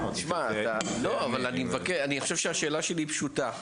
אני חושב שהשאלה שלי היא פשוטה.